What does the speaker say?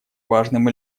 важным